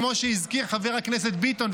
כמו שהזכיר חבר הכנסת ביטון,